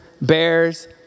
bears